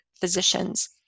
physicians